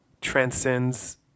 transcends